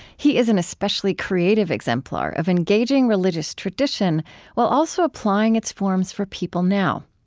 he is an especially creative exemplar of engaging religious tradition while also applying its forms for people now.